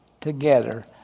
together